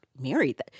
married